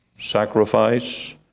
sacrifice